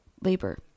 labor